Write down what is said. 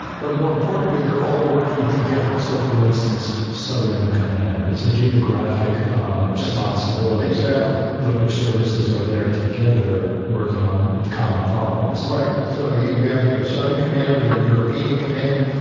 but more importantly, they're all working together. so, for instance, southern command, it's a geographic responsibility exactly, but your services are there together, working on and common problems. right, so if you have you have a southern command, we have a european command,